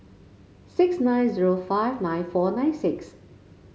six nine zero five nine four nine six